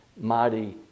Mighty